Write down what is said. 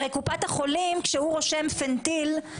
הרי קופת החולים כשהוא רושם פנטלין,